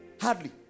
Hardly